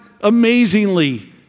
amazingly